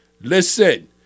listen